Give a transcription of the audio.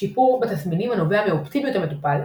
שיפור בתסמינים הנובע מאופטימיות המטופל,